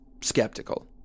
skeptical